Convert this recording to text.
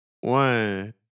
one